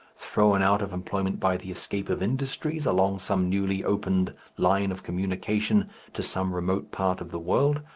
thrown out of employment by the escape of industries along some newly opened line of communication to some remote part of the world,